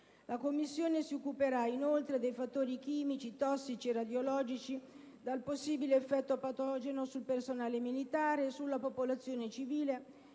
La Commissione si occuperà inoltre dei fattori chimici, tossici e radiologici dal possibile effetto patogeno sul personale militare e sulla popolazione civile,